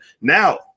Now